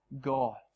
God